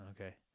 okay